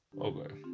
Okay